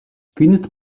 гэнэт